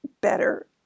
better